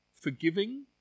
Forgiving